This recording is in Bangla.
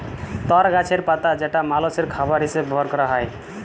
তর গাছের পাতা যেটা মালষের খাবার হিসেবে ব্যবহার ক্যরা হ্যয়